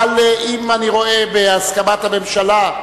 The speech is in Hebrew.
אבל אם אני רואה בהסכמת הממשלה,